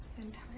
entire